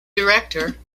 director